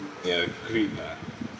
ya agreed ah